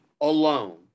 alone